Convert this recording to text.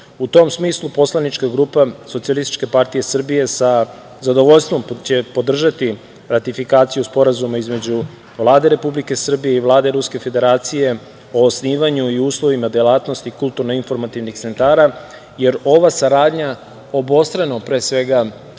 tom smislu, poslanička grupa SPS sa zadovoljstvom će podržati ratifikaciju Sporazuma između Vlade Republike Srbije i Vlade Ruske Federacije o osnivanju i uslovima delatnosti kulturno-informativnih centara, jer ova saradnja obostrano, pre svega,